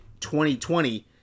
2020